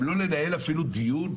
לא לנהל דיון?